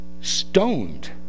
stoned